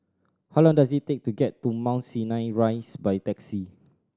how long does it take to get to Mount Sinai Rise by taxi